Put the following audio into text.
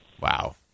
Wow